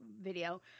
video